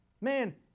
Man